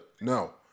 No